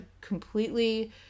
completely